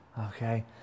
okay